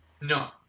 No